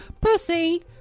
Pussy